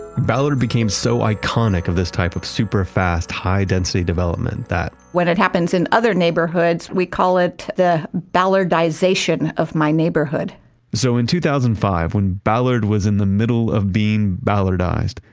ballard became so iconic of this type of super fast, high-density development that when it happens in other neighborhoods, we call it the ballardization of my neighborhood so in two thousand and five when ballard was in the middle of being ballardized,